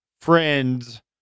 friends